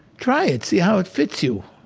try it. see how it fits you.